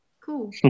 cool